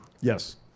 Yes